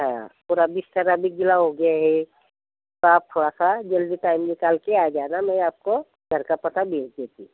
हाँ पूरा बिस्तर भी गील हो गया है तो आप थोड़ा सा जल्दी टाइम निकाल के आ जाना मैं आप को घर का पता भेज देती